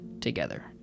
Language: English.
together